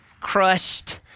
crushed